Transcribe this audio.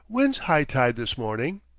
when's high-tide this morning?